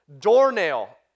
Doornail